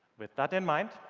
with that in mind,